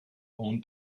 own